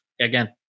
Again